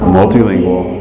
multilingual